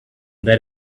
that